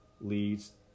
leads